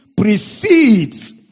precedes